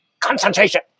concentration